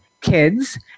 kids